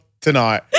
tonight